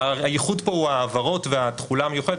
והייחוד פה הוא העברות והתחולה המיוחדת,